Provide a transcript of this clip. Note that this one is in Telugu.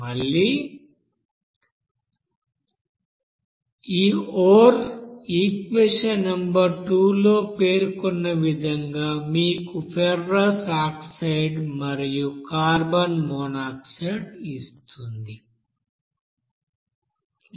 మళ్ళీ ఈ ఓర్ ఈక్వెషన్ నెంబర్ 2 లో పేర్కొన్న విధంగా మీకు ఫెర్రస్ ఆక్సైడ్ మరియు కార్బన్ మోనాక్సైడ్ ఇస్తుంది